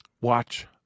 watch